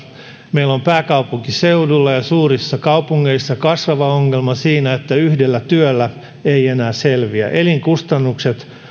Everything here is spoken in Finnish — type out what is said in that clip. meillä on pääkaupunkiseudulla ja suurissa kaupungeissa kasvava ongelma siinä että yhdellä työllä ei enää selviä elinkustannukset